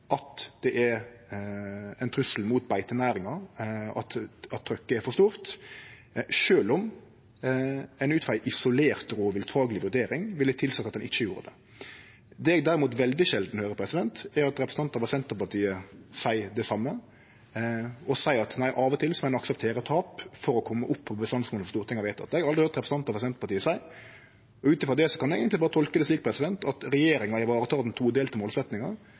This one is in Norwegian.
at det er ein trussel mot beitenæringa, at trykket er for stort, sjølv om ein ut frå ei isolert rovviltfagleg vurdering ville tilseie at ein ikkje gjorde det. Det eg derimot veldig sjeldan høyrer, er at representantar frå Senterpartiet seier det same – at av og til må ein akseptere tap for å kome opp på bestandsmålet Stortinget har vedteke. Det har eg aldri høyrt representantar frå Senterpartiet seie. Ut frå det kan eg eigentelg berre tolke det slik at regjeringa tek i vare den